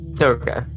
Okay